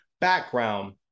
background